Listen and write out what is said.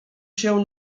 się